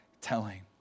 telling